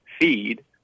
feed